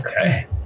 Okay